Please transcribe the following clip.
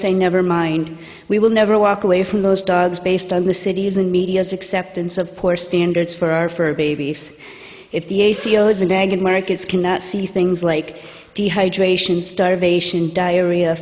say never mind we will never walk away from those dogs based on the cities and media's acceptance of poor standards for our fur babies if the a c o zigzagging markets cannot see things like dehydration starvation diarrhea